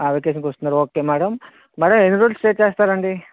వెకేషన్కి వస్తున్నారా okay madam madam ఎన్ని రోజులు స్టే చేస్తారండి